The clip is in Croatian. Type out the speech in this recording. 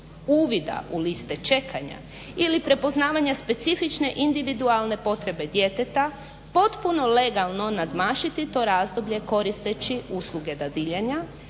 uvida u liste čekanja ili prepoznavanja specifične individualne potrebe djeteta, potpuno legalno nadmašiti to razdoblje koristeći usluge dadiljanja,